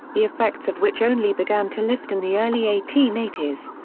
the effects of which only began to lift in the early eighteen eighty s.